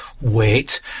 wait